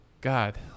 God